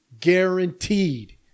Guaranteed